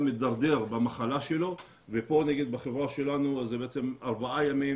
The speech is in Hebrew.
מידרדר במחלה שלו ופה בחברה שלנו זה ארבעה ימים,